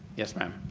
yes, ma'am.